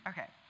Okay